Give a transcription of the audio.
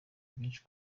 byinshi